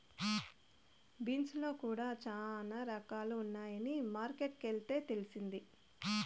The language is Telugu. బీన్స్ లో కూడా చానా రకాలు ఉన్నాయని మార్కెట్ కి వెళ్తే తెలిసింది